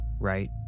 right